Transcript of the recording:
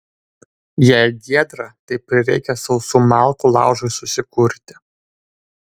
jei giedra tai prireikia sausų malkų laužui susikurti